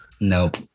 Nope